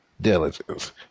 diligence